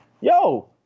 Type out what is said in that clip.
yo